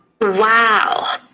Wow